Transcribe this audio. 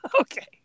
Okay